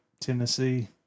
Tennessee